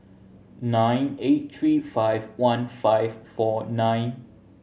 nine eight three five one five four nine